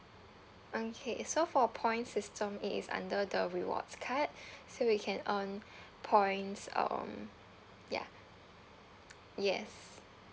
okay so for points system it is under the rewards card so you can earn points um ya yes